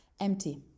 empty